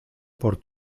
por